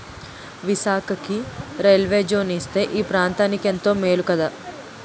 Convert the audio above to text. విశాఖకి railway zone ఇస్తే ఈ ప్రాంతనికెంతో మేలు కదా